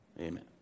Amen